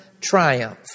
Triumph